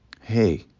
hey